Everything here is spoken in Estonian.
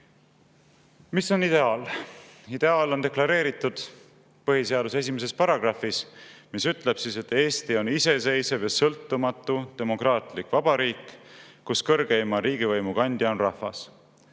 Mis on ideaal? Ideaal on deklareeritud põhiseaduse §‑s 1, mis ütleb, et Eesti on iseseisev ja sõltumatu demokraatlik vabariik, kus kõrgeima riigivõimu kandja on rahvas.